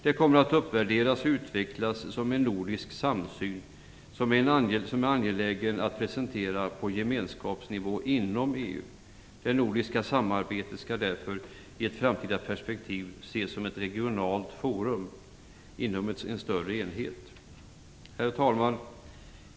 Det kommer att uppvärderas och utvecklas som en nordisk samsyn, som är angelägen att presentera på gemenskapsnivå inom EU. Det nordiska samarbetet skall därför i ett framtida perspektiv ses som ett regionalt forum inom en större enhet. Herr talman!